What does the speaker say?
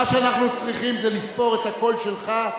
מה שאנחנו צריכים זה לספור את הקול שלך,